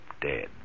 dead